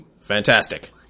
Fantastic